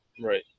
Right